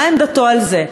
מה עמדתו על זה?